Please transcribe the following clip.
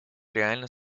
реально